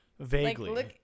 vaguely